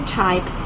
type